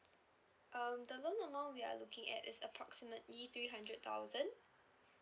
um the loan amount we're looking at is approximately three hundred thousand